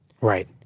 Right